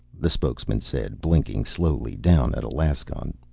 the spokesman said, blinking slowly down at alaskon.